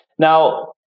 Now